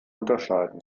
unterscheiden